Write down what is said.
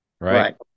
Right